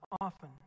often